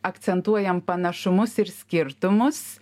akcentuojam panašumus ir skirtumus